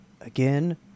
again